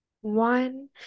one